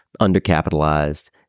undercapitalized